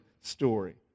story